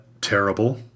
terrible